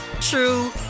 true